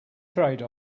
trade